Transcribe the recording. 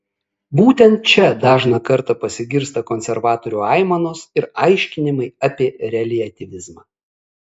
būtent čia dažną kartą pasigirsta konservatorių aimanos ir aiškinimai apie reliatyvizmą